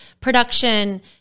production